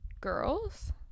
girls